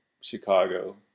Chicago